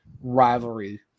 rivalry